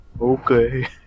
Okay